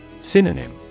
Synonym